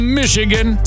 michigan